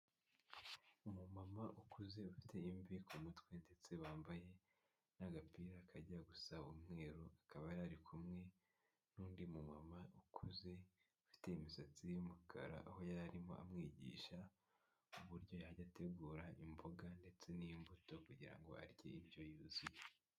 Umumama ukuze ufite imvi ku mutwe ndetse bambaye n'agapira kajya gusa umweru akaba yarari kumwe n'undi mu mumama ukuze ufite imisatsi y'umukara aho yari arimo amwigisha uburyo yajya ategura imboga ndetse n'imbuto kugira ngo arye indyo yuzuye.